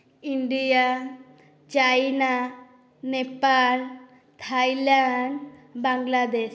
India China Nepal Thailand Bangladesh